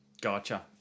Gotcha